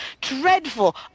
Dreadful